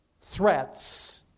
threats